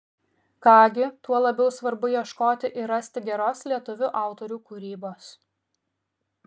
ką gi tuo labiau svarbu ieškoti ir rasti geros lietuvių autorių kūrybos